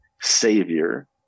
savior